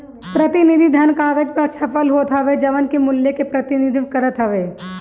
प्रतिनिधि धन कागज पअ छपल होत हवे जवन की मूल्य के प्रतिनिधित्व करत हवे